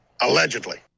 Allegedly